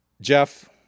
Jeff